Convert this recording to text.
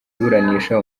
iburanisha